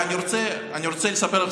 אני רואה שאתה אומר פה